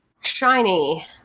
shiny